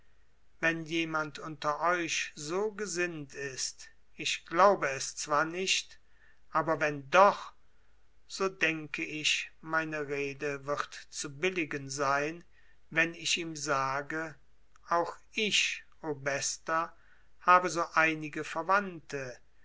wenn jemand unter euch so gesinnt ist ich glaube es zwar nicht aber wenn doch so denke ich meine rede wird zu billigen sein wenn ich ihm sage auch ich o bester habe so einige verwandte